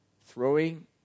throwing